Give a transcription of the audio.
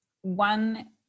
one